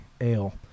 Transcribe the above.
Ale